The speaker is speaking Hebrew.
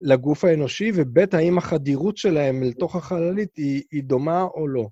לגוף האנושי ו-ב' האם החדירות שלהם לתוך החללית היא דומה או לא.